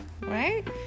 right